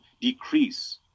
decrease